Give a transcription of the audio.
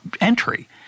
entry